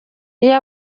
iyo